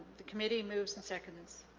the committee moves in seconds